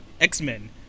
X-Men